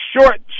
short